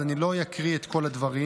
אני לא אקריא את כל הדברים.